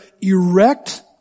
erect